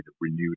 renewed